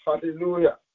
Hallelujah